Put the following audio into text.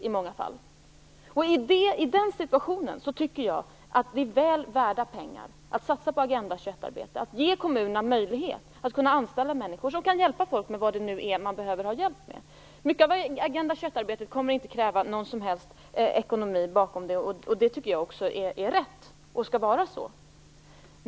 I den situationen tycker jag att det är väl värda pengar att satsa på Agenda 21-arbetet och att ge kommunerna möjlighet att anställa människor som kan hjälpa folk med det de behöver hjälp med. Mycket av Agenda 21-arbetet kommer inte att kräva någon ekonomi bakom. Det är rätt och skall vara så.